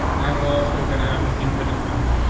and we're also gonna have infinite value.